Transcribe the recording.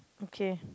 okay